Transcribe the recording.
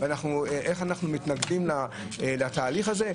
ואיך אנחנו מתנגדים לתהליך הזה?